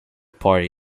party